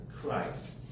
Christ